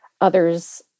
others